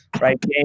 right